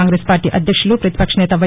Congress party అధ్యక్షులు ప్రతిపక్ష నేత వై